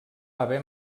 haver